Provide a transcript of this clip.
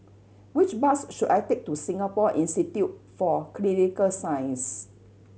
which bus should I take to Singapore Institute for Clinical Science